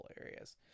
areas